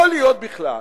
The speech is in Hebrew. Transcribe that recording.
יכול להיות בכלל